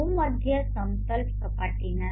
ભૂમધ્ય સમતલ સપાટીનાછે